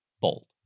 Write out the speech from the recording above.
Bold